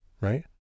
right